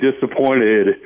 disappointed